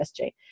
SJ